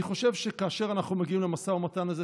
אני חושב שכאשר אנחנו מגיעים למשא ומתן הזה,